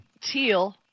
teal